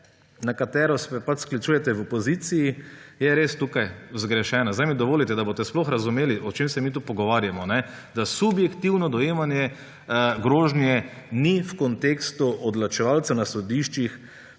na katero se sklicujete v opoziciji, je res tukaj zgrešena. Zdaj mi dovolite, da boste sploh razumeli, o čem se mi tu pogovarjamo – subjektivno dojemanje grožnje ni potrebno v kontekstu odločevalca na sodiščih.